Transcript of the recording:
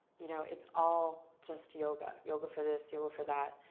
you know, it's all just yoga. yoga for this, yoga for that.